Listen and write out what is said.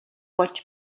болж